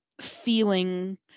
feeling